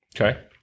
Okay